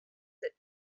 that